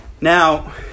Now